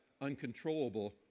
uncontrollable